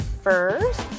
first